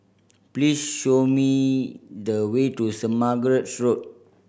please show me the way to Saint Margaret's Road